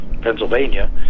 Pennsylvania